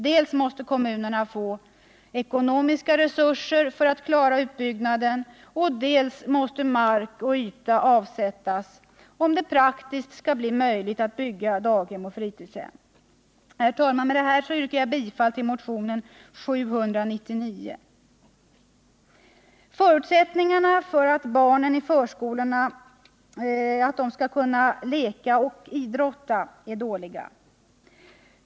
Dels måste kommunerna få ekonomiska resurser att klara utbyggnaden, dels måste mark och yta avsättas, om det praktiskt skall bli möjligt att bygga daghem och fritidshem. Herr talman! Med detta yrkar jag bifall till motionen 799. Förutsättningarna för barnen i förskolorna att leka och idrotta är dåliga.